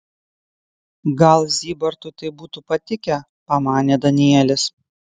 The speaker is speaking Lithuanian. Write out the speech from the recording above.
gal zybartui tai būtų patikę pamanė danielis